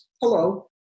Hello